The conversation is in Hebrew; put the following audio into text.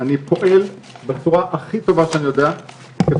אני פועל בצורה הכי טובה שאני יודע כדי